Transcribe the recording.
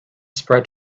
spread